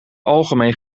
algemeen